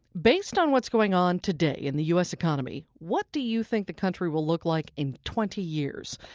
based on what's going on today in the u s. economy, what do you think the country will look like in twenty years?